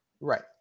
Right